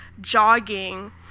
jogging